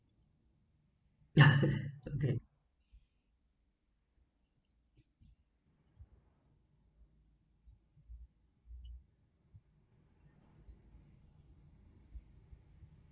okay